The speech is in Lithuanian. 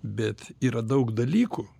bet yra daug dalykų